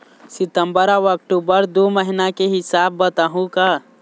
सितंबर अऊ अक्टूबर दू महीना के हिसाब बताहुं का?